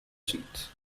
seats